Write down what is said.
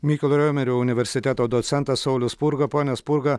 mykolo romerio universiteto docentas saulius spurga pone spurga